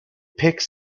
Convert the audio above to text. picks